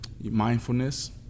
mindfulness